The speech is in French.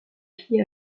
pied